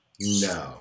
No